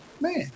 Man